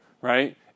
right